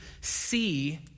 see